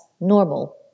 normal